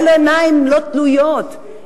אלו עיניים לא תלויות,